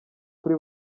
kuri